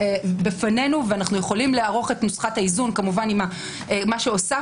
בפנינו ואנו יכולים לערוך את נוסחת האיזון עם מה שהוספנו,